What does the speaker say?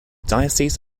diocese